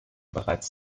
bereits